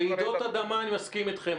רעידות אדמה אני מסכים איתכם.